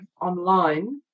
online